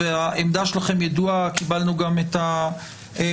העמדה שלכן ידועה, קיבלנו את המסמך,